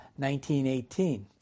1918